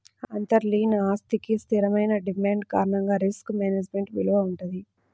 అంతర్లీన ఆస్తికి స్థిరమైన డిమాండ్ కారణంగా రిస్క్ మేనేజ్మెంట్ విలువ వుంటది